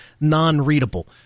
non-readable